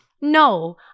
No